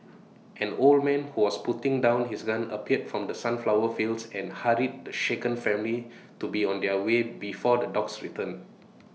an old man who was putting down his gun appeared from the sunflower fields and hurried the shaken family to be on their way before the dogs return